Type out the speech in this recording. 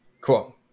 Cool